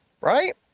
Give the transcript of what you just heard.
Right